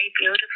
beautiful